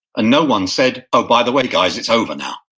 no one said, oh, by the way, guys, it's over now.